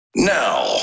Now